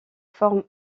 forment